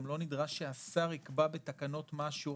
גם לא נדרש שהשר יקבע בתקנות מה השיעור